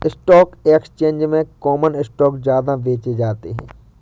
stock exchange में common stock ज्यादा बेचे जाते है